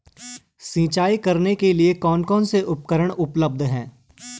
सिंचाई करने के लिए कौन कौन से उपकरण उपलब्ध हैं?